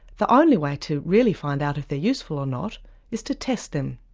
the only way to really find out if they're useful or not is to test them.